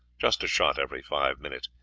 just a shot every five minutes,